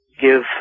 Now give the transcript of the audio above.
give